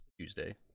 Tuesday